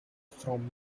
from